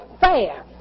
fair